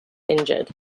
injured